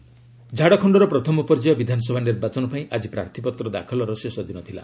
Jharkhand election ଝାଡ଼ଖଣ୍ଡର ପ୍ରଥମ ପର୍ଯ୍ୟାୟ ବିଧାନସଭା ନିର୍ବାଚନ ପାଇଁ ଆକି ପ୍ରାର୍ଥୀପତ୍ର ଦାଖଲର ଶେଷ ଦିନ ଥିଲା